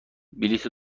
بلیت